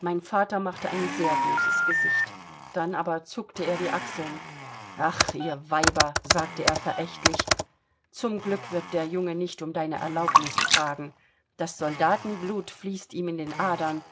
mein vater machte ein sehr böses gesicht dann aber zuckte er die achseln ach ihr weiber sagte er verächtlich zum glück wird der junge nicht um deine erlaubnis fragen das soldatenblut fließt ihm in den adern